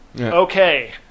Okay